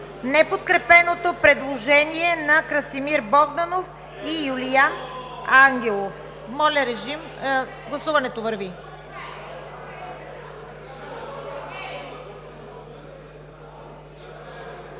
неподкрепеното предложение на Красимир Богданов и Юлиан Ангелов. Гласуването върви.